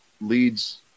leads